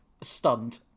stunned